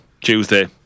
Tuesday